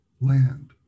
land